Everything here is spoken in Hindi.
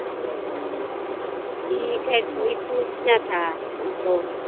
ठीक है ठीक है तो वही पूछना था हमको